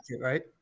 right